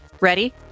ready